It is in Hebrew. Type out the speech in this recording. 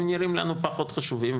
הם נראים לנו פחות חשובים,